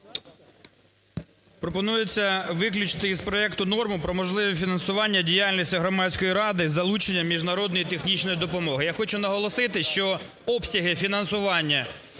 Пропонується виключити із проекту норму про можливі фінансування діяльності Громадської ради із залученням міжнародної технічної допомоги. Я хочу наголосити, що обсяги фінансування